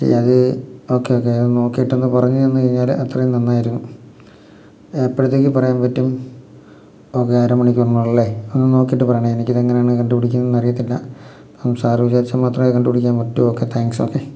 അത് okay okay അത് നോക്കിയിട്ടൊന്ന് പറഞ്ഞു തന്നു കഴിഞ്ഞാൽ അത്രയുംം നന്നായിരുന്നു എപ്പോഴത്തേക്ക് പറയാൻ പറ്റും ഓക്കെ അര മണിക്കൂറിനുള്ളിൽ അല്ലേ ഒന്ന് നോക്കിയിട്ട് പറയണേ എനിക്ക് ഇതെങ്ങനെയാണ് കണ്ടു പിടിക്കുന്നത് അറിയത്തില്ല സാറ് വിചാരിച്ചാൽ മാത്രമേ കണ്ടു പിടിക്കാൻ പറ്റും ഓക്കെ താങ്ക്സ് ഓക്കെ